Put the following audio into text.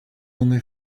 only